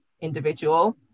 individual